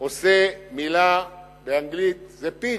מלה באנגלית pigs,